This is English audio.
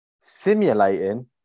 simulating